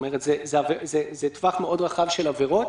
זה טווח מאוד רחב של עבירות.